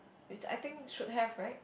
which I think should have right